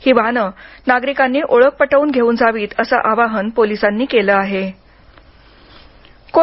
ही वाहन नागरिकांनी ओळख पटवून घेऊन जावीत असं आवाहन पोलिसांनी केलं होतं